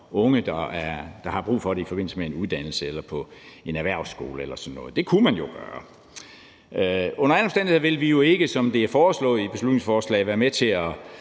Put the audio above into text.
unge, der har brug for det i forbindelse med en uddannelse eller på en erhvervsskole eller sådan noget. Det kunne man jo gøre. Under alle omstændigheder vil vi jo ikke, som det er foreslået i beslutningsforslaget, være med til at